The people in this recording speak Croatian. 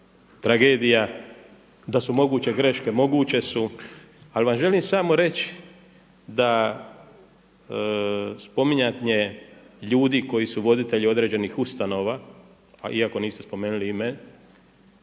Da su moguće greške, moguće su. Ali vam želim samo reći da spominjanje ljudi koji su voditelji određenih ustanova iako niste spomenuli ime